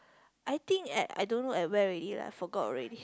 I think at I don't know at where already lah forgot already